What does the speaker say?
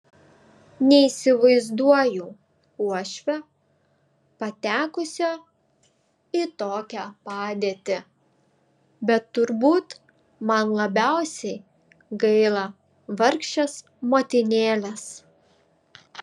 neįsivaizduoju uošvio patekusio į tokią padėtį bet turbūt man labiausiai gaila vargšės motinėlės